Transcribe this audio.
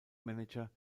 manager